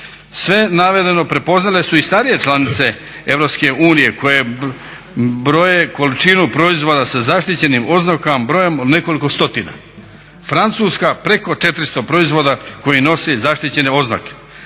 Sve navedeno prepoznale su i starije članice EU koje broje količinu proizvoda sa zaštićenim oznakama, brojem od nekoliko stotina. Francuska preko 400 proizvoda koji nose zaštićene oznake.